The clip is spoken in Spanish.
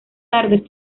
tarde